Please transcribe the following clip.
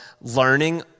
learning